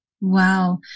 Wow